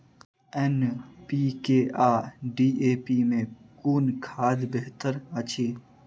NPK आ DAP मे कुन खाद बेहतर अछि?